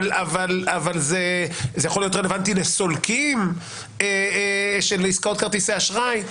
זה יכול להיות רלוונטי לסולקים של עסקאות כרטיסי אשראי.